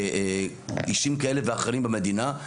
אישים כאלה ואחרים במדינה.